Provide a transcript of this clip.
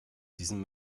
diesem